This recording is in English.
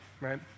right